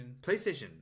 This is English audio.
PlayStation